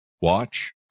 watch